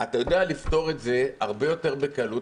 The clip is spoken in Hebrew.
אתה יודע לפתור את זה הרבה יותר בקלות.